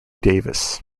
davis